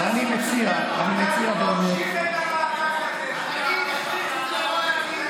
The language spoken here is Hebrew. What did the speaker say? ואני מציע ואומר, בנט תרם למשפחה בשנה